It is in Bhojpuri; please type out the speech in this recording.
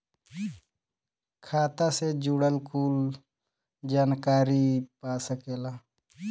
खाता से जुड़ल कुल जानकारी पा सकेला